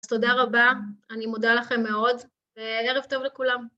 ‫אז תודה רבה, אני מודה לכם מאוד, ‫וערב טוב לכולם.